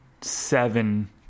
seven